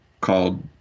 called